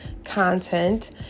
content